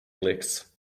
licks